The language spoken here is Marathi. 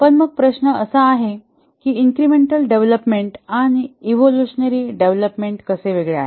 पण मग प्रश्न असा आहे की इन्क्रिमेंटल डेव्हलपमेंट आणि इवोल्युशनरी डेव्हलपमेंट कसे वेगळा आहे